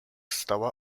stała